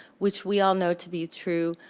which we all know to be true.